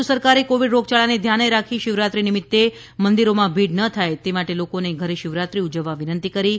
મહારાષ્ટ્ર સરકારે કોવિડ રોગયાળોને ધ્યાને રાખી શિવરાત્રિ નિમિતે મંદિરોમાં ભીડ ન થાય તે માટે લોકોને ઘરે શિવરાત્રી ઉજવવા વિનંતી કરી છે